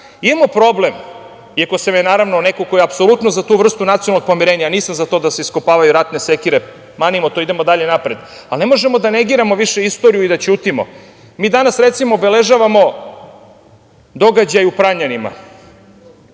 imamo problem, iako sam ja naravno neko ko je apsolutno za tu vrstu nacionalnog pomirenja, nisam za to da se iskopavaju ratne sekire, manimo to, idemo dalje napred, ali ne možemo da negiramo više istoriju i da ćutimo. Mi danas, recimo, obeležavamo događaj u Pranjanima